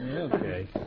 Okay